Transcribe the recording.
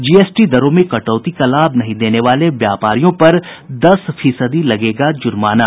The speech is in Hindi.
जीएसटी दरों में कटौती का लाभ नहीं देने वाले व्यापारियों पर दस फीसदी लगेगा जुर्माना